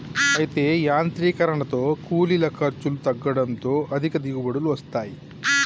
అయితే యాంత్రీకరనతో కూలీల ఖర్చులు తగ్గడంతో అధిక దిగుబడులు వస్తాయి